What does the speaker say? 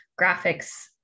graphics